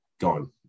gone